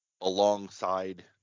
alongside